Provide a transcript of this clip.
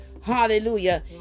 Hallelujah